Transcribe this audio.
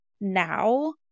now